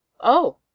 Oh